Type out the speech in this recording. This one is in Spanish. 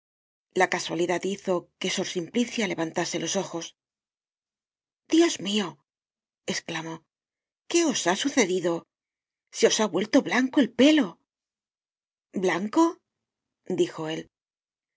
la casualidad hizo que sor simplicia levantase los ojos dios mio esclamó qué os ha sucedido se os ha vuelto blanco el pelo blanco dijo él sor